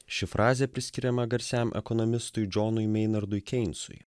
ši frazė priskiriama garsiam ekonomistui džonui meinardui keinsui